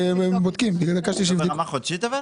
קצבת ילדים ברמה החודשית?